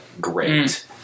great